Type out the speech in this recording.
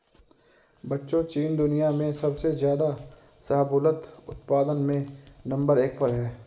बच्चों चीन दुनिया में सबसे ज्यादा शाहबूलत उत्पादन में नंबर एक पर है